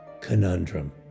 conundrum